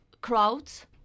crowds